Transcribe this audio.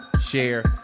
share